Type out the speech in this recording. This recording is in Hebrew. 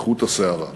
כחוט השערה.